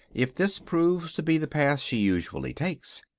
if this proves to be the path she usually takes.